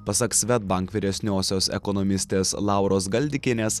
pasak svedbank vyresniosios ekonomistės lauros galdikienės